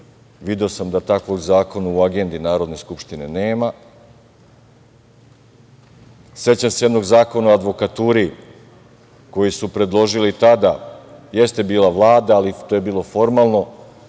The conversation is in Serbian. video sam da takvog zakona u agendi Narodne skupštine nema.Sećam se jednog zakona o advokaturi koji su predložili tada, jeste bila Vlada, ali to je bilo formalno,